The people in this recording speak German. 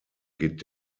geht